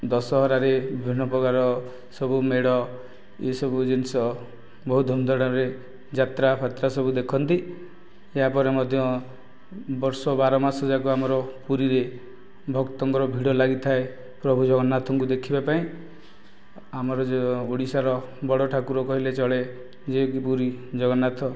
ଦଶହରାରେ ବିଭିନ୍ନ ପ୍ରକାରର ସବୁ ମେଢ଼ ଏଇ ସବୁ ଜିନିଷ ବହୁତ ଧୁମ୍ ଧଡ଼ାରେ ଯାତ୍ରା ଫାତ୍ରା ସବୁ ଦେଖନ୍ତି ଏହା ପରେ ମଧ୍ୟ ବର୍ଷ ବାର ମାସ ଯାକ ପୁରୀରେ ଭକ୍ତଙ୍କର ଭିଡ଼ ଲାଗିଥାଏ ପ୍ରଭୁ ଜଗନ୍ନାଥଙ୍କୁ ଦେଖିବା ପାଇଁ ଆମର ଯେଉଁ ଓଡ଼ିଶାର ବଡ଼ ଠାକୁର କହିଲେ ଚଳେ ଯିଏ କି ପୁରୀ ଜଗନ୍ନାଥ